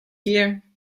here